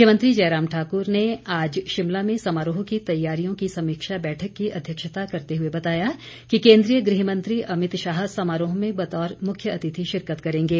मुख्यमंत्री जयराम ठाकुर ने आज शिमला में समारोह की तैयारियों की समीक्षा बैठक की अध्यक्षता करते हुए बताया कि केंद्रीय गृह मंत्री अमित शाह समारोह में बतौर मुख्यातिथि शिरकत करेंगे